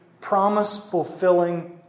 promise-fulfilling